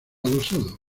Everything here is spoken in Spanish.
adosado